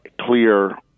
clear